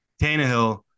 Tannehill